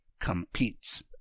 COMPETES